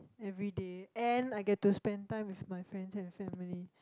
maybe the end I get to spend time with my friends and family